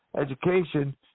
education